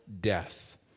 death